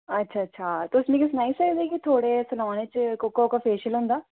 अच्छा अच्छा तुस मिकी सनाई सकदे कि थुआढ़े सलून च कोह्का कोह्का फेशिअल होंदा